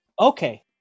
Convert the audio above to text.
okay